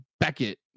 Beckett